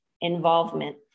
involvement